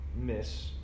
miss